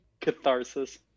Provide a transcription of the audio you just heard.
catharsis